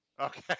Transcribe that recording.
Okay